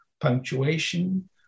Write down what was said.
punctuation